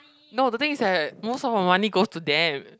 no the thing is that most of our money goes to them